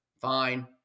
Fine